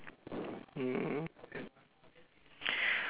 mm